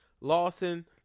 Lawson